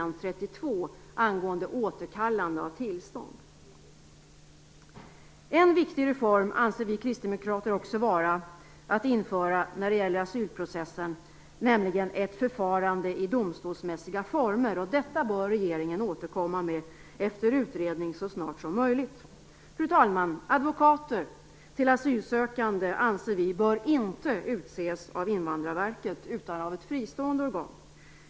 Vi kristdemokrater anser en annan viktig reform vara att i asylprocessen införa ett förfarande i domstolsmässiga former. Detta bör regeringen återkomma till efter utredning så snart som möjligt. Fru talman! Vi anser att advokater till asylsökande inte bör utses av Invandrarverket utan av ett fristående organ.